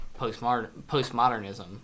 postmodernism